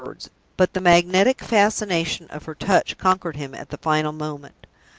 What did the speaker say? but the magnetic fascination of her touch conquered him at the final moment.